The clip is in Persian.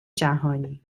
جهانی